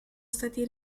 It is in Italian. stati